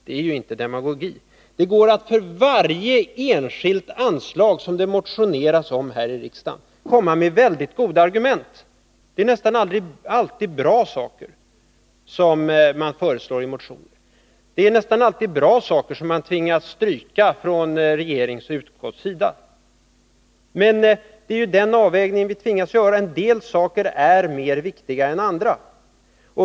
Det går att för varje enskilt anslag som det motioneras om här i riksdagen komma med mycket goda argument. Det är nästan alltid bra saker som man föreslår i motionerna. Det är nästan alltid bra saker som man tvingas att stryka från regeringens och utskottens sida. Men det är den avvägningen vi tvingas att göra — en del saker är mer viktiga än andra.